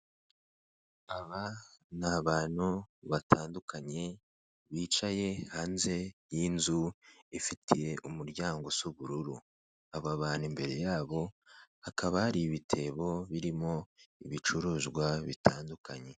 Aba ni abantu batandukanye bicaye hanze y'inzu ifitiye umuryango usa ubururu, aba bantu imbere yabo hakaba hari ibitebo birimo ibicuruzwa bitandukanye.